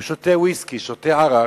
הוא שותה ויסקי, שותה עראק,